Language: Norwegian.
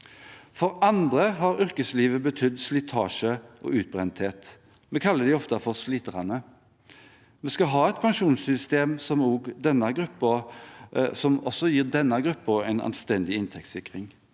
For andre har yrkeslivet betydd slitasje og utbrenthet. Vi kaller dem ofte for sliterne. Vi skal ha et pensjonssystem som også gir denne gruppen en anstendig inntektssikring.